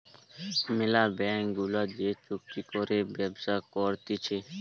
ম্যালা ব্যাঙ্ক গুলা যে চুক্তি করে ব্যবসা করতিছে